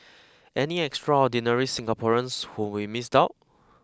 any extraordinary Singaporeans whom we missed out